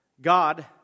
God